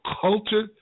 culture